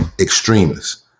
extremists